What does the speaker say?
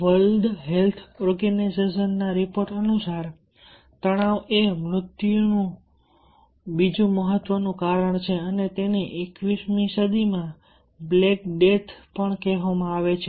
world health organisation report અનુસાર તણાવ એ મૃત્યુનું બીજું મહત્વનું કારણ છે અને તેને 21મી સદીમાં બ્લેક ડેથ પણ કહેવામાં આવે છે